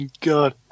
God